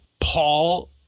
Paul